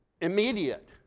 immediate